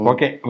Okay